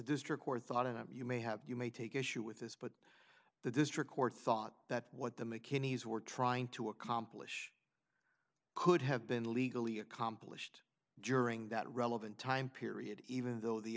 district court thought and you may have you may take issue with this but the district court thought that what the mckinney's were trying to accomplish could have been legally accomplished during that relevant time period even though the